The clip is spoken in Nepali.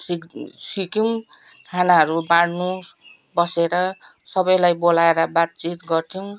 सिक् सिक्यौँ खानाहरू बाँड्नु बसेर सबैलाई बोलाएर बातचित गर्थ्यौँ